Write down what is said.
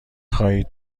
خواهید